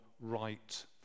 right